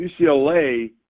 UCLA